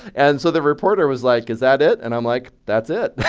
and so the reporter was like, is that it? and i'm like, that's it